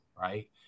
right